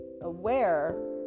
aware